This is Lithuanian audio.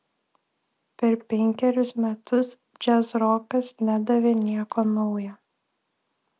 per penkerius metus džiazrokas nedavė nieko nauja